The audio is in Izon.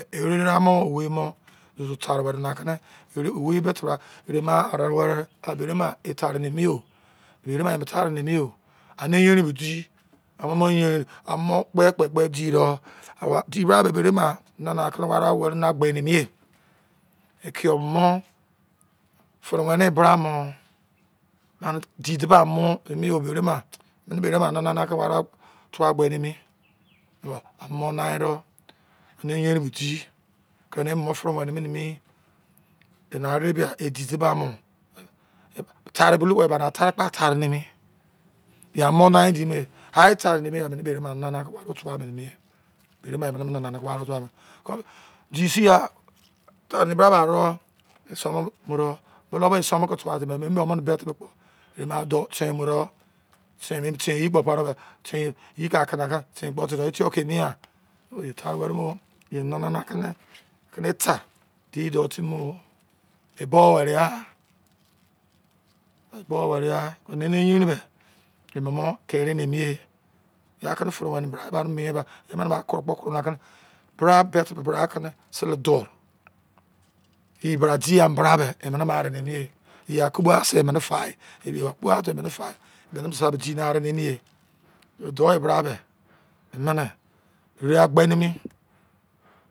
Erere am owei mo osu tare were nana keme owei kpo te bra ere ma are were ere ma e tera eni yi era mi tera nimi yo ere ma emu tera nimi yo ane yerin bo di a mumu yerin amu kpe kpe kpe di do di bra bo ere ma nana ke ware were gbe mi ye kio mo fere wene bra mo ba di diba mo emi me ere ma eme ne me ere ma nana ka ware tuwa gbe mi amu ni dou yerin bo di kine mu fere wene me ni enare di edi di ba mo tare bulou bo tare kpa tare nini amu ni di ne ai tare ni mi emene ke ere ma nana owobo tuwa yerin era emu nana ke ware oi sin ya tor o baro bulou bu isumu ke tuwa timi me me emene be tebe kpo e mu a do ten mo ro ten ye ten kpo pai daba eka ka na ka tuwa ke emi ye tare were mo ye nana kene ene ta di do timi mo ebo were ene me yerin me emomo kere emi ye ya keme fere wene ya kere ba emene ba mu mien ba emene ba koro koro mugha bra be te be bra ke e bra de ya bobo se emen fa de are mu ne e do me bra me emene ere agbe nimi